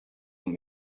want